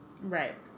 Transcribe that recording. Right